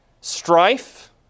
strife